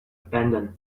abandon